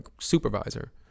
supervisor